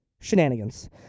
shenanigans